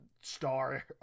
star